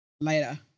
later